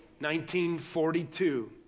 1942